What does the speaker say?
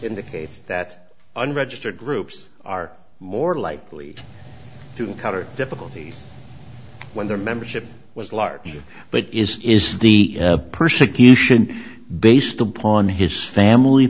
indicates that unregistered groups are more likely to encounter difficulties when their membership was larger but is is the persecution based upon his family